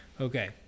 Okay